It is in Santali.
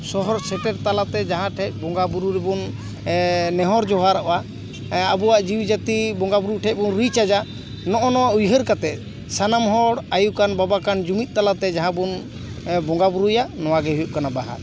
ᱥᱚᱦᱚᱨ ᱥᱮᱴᱮᱨ ᱛᱟᱞᱟᱛᱮ ᱡᱟᱦᱟᱸ ᱴᱷᱮᱡ ᱵᱚᱸᱜᱟ ᱵᱳᱨᱳ ᱨᱮᱵᱚᱱ ᱱᱮᱦᱚᱨ ᱡᱚᱸᱦᱟᱨᱚᱜᱼᱟ ᱟᱵᱚᱣᱟᱜ ᱡᱤᱣᱤ ᱡᱟᱹᱛᱤ ᱵᱚᱸᱜᱟ ᱵᱳᱨᱳ ᱴᱷᱮᱡ ᱵᱚᱱ ᱨᱤᱪ ᱟᱡᱟ ᱱᱚᱜᱼᱚᱭ ᱱᱚᱣᱟ ᱩᱭᱦᱟᱹᱨ ᱠᱟᱛᱮ ᱥᱟᱱᱟᱢ ᱦᱚᱲ ᱟᱭᱳ ᱠᱟᱱ ᱵᱟᱵᱟ ᱠᱟᱱ ᱡᱩᱢᱤᱫ ᱛᱟᱞᱟᱛᱮ ᱡᱟᱦᱟᱸ ᱵᱚᱱ ᱵᱚᱸᱜᱟ ᱵᱳᱨᱳᱭᱟ ᱱᱚᱣᱟ ᱜᱮ ᱦᱩᱭᱩᱜ ᱠᱟᱱᱟ ᱵᱟᱦᱟ